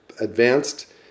advanced